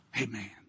Amen